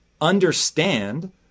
understand